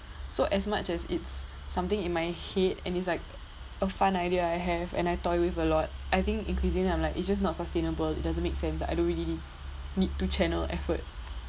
so as much as it's something in my head and it's like a fun idea I have and I toyed with a lot I think increasingly I'm like it's just not sustainable it doesn't make sense I don't really need to channel effort